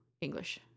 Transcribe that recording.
English